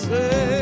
Say